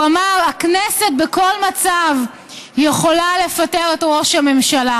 הוא אמר: הכנסת בכל מצב יכולה לפטר את ראש הממשלה,